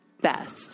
best